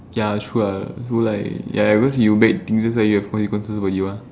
ya it's true ah you like because you bad things that why you have consequences for you ah